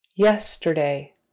Yesterday